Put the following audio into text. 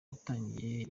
watangiye